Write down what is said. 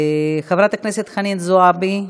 חברת הכנסת חנין זועבי,